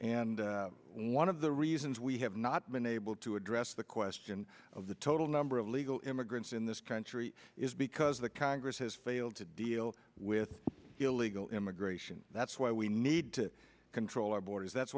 and one of the reasons we have not been able to address the question of the total number of illegal immigrants in this country is because the congress has failed to deal with illegal immigration that's why we need to control our borders that's